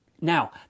Now